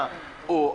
אני תומך בזה.